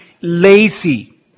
lazy